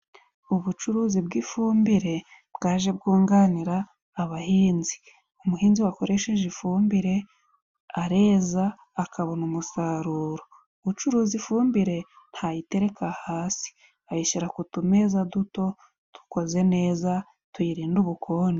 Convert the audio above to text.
Ubucuruzi bw'ifumbire bwaje bwunganira abahinzi. Umuhinzi wakoresheje ifumbire areza akabona umusaruro， ucuruza ifumbire ntayitereka hasi，ayishyira ku tumeza duto，dukoze neza， tuyirinde ubukonje.